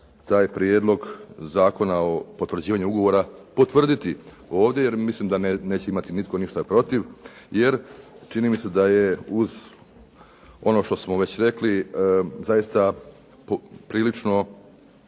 taj prijedlog zakona o potvrđivanju ugovora, potvrditi ovdje jel mislim da neće imati nitko ništa protiv, jer čini mi se da je uz ono što smo već rekli zaista prilično